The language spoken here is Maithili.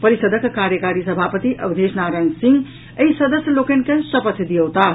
परिषदक कार्यकारी सभापति अवधेश नारायण सिंह एहि सदस्य लोकनि के शपथ दियौताह